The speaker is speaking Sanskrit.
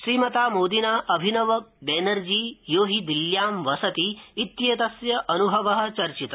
श्रीमता मोदिना अभिनव बर्र्जी यो हि दिल्यां वसति इत्येतस्य अन्भव चर्चित